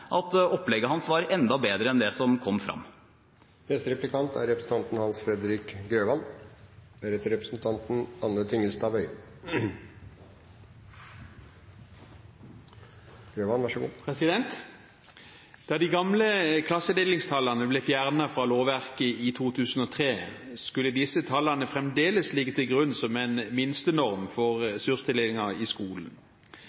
at opplegget hans var enda bedre enn det som kom frem. Da de gamle klassedelingstallene ble fjernet fra lovverket i 2003, skulle disse tallene fremdeles ligge til grunn som en minstenorm for ressurstildelingen i skolen.